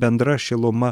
bendra šiluma